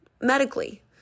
medically